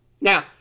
Now